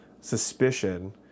suspicion